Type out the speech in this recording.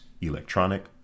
electronic